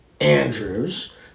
Andrews